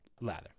lather